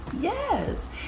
Yes